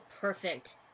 perfect